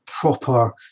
proper